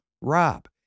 Rob